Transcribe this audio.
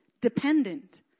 dependent